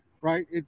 right